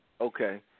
Okay